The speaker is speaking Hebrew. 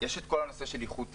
יש את כל הנושא של איחוד תיקים: